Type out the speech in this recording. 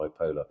bipolar